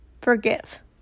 forgive